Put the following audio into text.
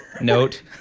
note